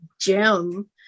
gem